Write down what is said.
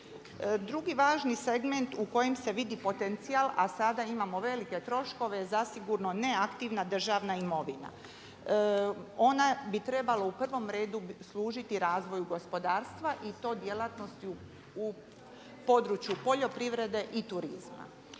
Drugi važni segment u kojem se vidi potencijal, a sada imamo velike troškove zasigurno neaktivna državna imovina. Ona bi trebala u prvom redu služiti razvoju gospodarstva i to djelatnosti u području poljoprivrede i turizma.